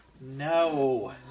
No